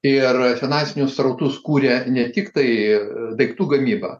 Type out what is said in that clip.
ir finansinius srautus kūrė ne tiktai daiktų gamyba